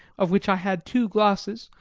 of which i had two glasses,